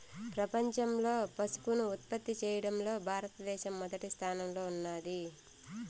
ప్రపంచంలో పసుపును ఉత్పత్తి చేయడంలో భారత దేశం మొదటి స్థానంలో ఉన్నాది